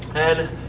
and